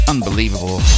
Unbelievable